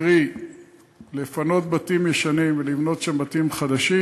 קרי לפנות בתים ישנים ולבנות שם בתים חדשים,